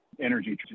energy